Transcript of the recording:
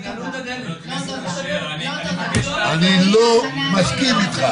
הם ינעלו את הדלת --- אני לא מסכים איתך.